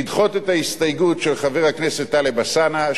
לדחות את ההסתייגות של חבר הכנסת טלב אלסאנע,